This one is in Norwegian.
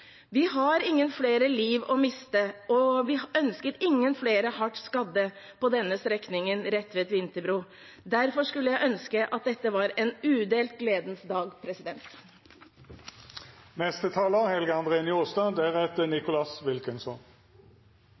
Vi har ingen flere liv å miste, og vi ønsker ingen flere hardt skadde på denne strekningen, Retvet–Vinterbro. Derfor skulle jeg ønske dette var en udelt gledens dag.